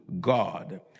God